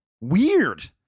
Weird